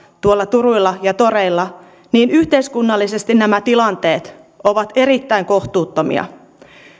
tuolla turuilla ja toreilla niin yhteiskunnallisesti nämä tilanteet ovat erittäin kohtuuttomia